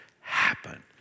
happen